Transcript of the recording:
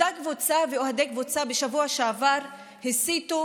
אותה קבוצה ואוהדי הקבוצה בשבוע שעבר הסיתו